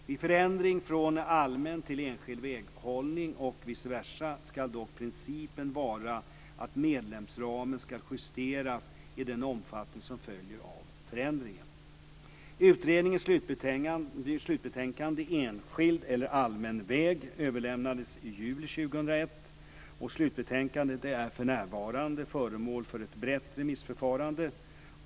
Vid förändring från allmän till enskild väghållning och vice versa ska dock principen vara att medelsramen ska justeras i den omfattning som följer av förändringen. Utredningens slutbetänkande Enskild eller allmän väg? överlämnades i juli 2001. Slutbetänkandet är för närvarande föremål för ett brett remissförfarande.